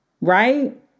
right